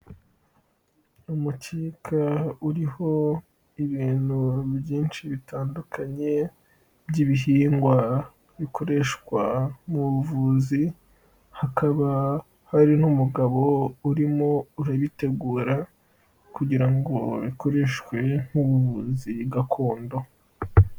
Umucyeka uriho ibintu byinshi bitandukanye by'ibihingwa bikoreshwa mu buvuzi, hakaba hari n'umugabo urimo urabitegura kugira ngo bikoreshwe mu buvuzi gakondo.